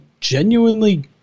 genuinely